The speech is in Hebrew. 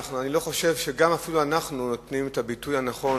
אני לא חושב שאפילו אנחנו נותנים את הביטוי הנכון